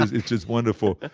it's just wonderful.